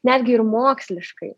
netgi ir moksliškai